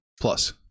plus